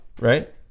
right